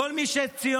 מכל מי שציונות